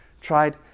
tried